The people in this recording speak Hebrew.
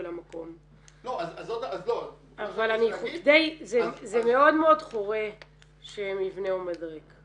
המקום אבל זה מאוד מאוד חורה שמבנה עומד ריק.